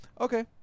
okay